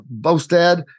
Bostad